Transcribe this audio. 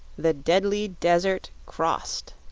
the deadly desert crossed